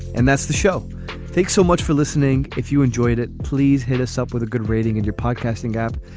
and that's the show thanks so much for listening. if you enjoyed it please hit us up with a good rating in your podcasting app.